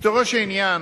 קיצורו של עניין,